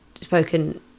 spoken